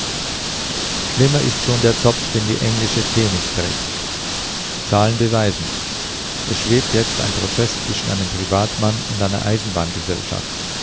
schlimmer schon ist der zopf den die englische themis trägt zahlen beweisen es schwebt jetzt ein prozeß zwischen einem privatmann und einer